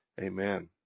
Amen